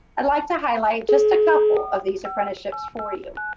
i'd like to highlight just a couple of these apprenticeships for you.